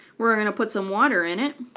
we're going to put some water in it,